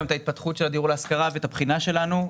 את ההתפתחות של הדיור להשכרה ואת הבחינה שלנו.